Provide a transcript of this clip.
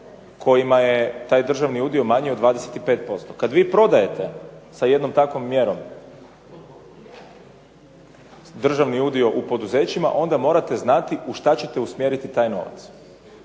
kojima je taj državni udio manji od 25%. Kada vi prodajete sa jednom takvom mjerom državni udio u poduzećima onda morate znati u što ćete usmjeriti taj novac,